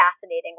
fascinating